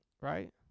right